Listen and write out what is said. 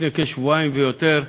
לפני שבועיים או יותר,